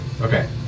Okay